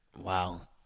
Wow